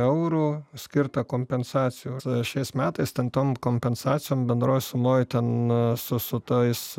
eurų skirta kompensacijos šiais metais ten tom kompensacijom bendroj sumoj ten su su tais